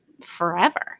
forever